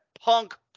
Punk